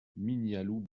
mignaloux